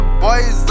boys